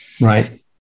Right